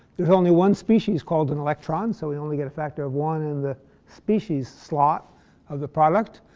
there's only one species called an electron, so we only get a factor of one in the species slot of the product.